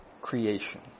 creation